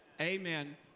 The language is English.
amen